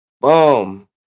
Boom